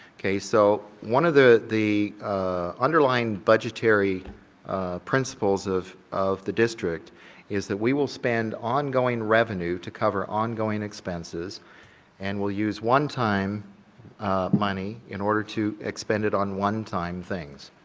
okay, so one of the the underlying budgetary principles of of the district is that we will expend ongoing revenue to cover ongoing expenses and we'll use one time money in order to expend it on one time things,